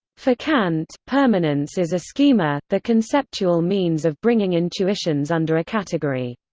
for kant, permanence is a schema, the conceptual means of bringing intuitions under a category.